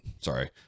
sorry